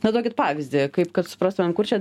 na duokit pavyzdį kaip kad suprastumėm kur čia